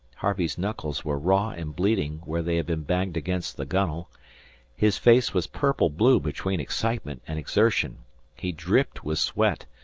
harvey's knuckles were raw and bleeding where they had been banged against the gunwale his face was purple-blue between excitement and exertion he dripped with sweat,